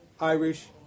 Irish